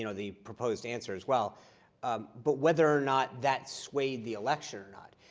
you know the proposed answer as well but whether or not that swayed the election or not.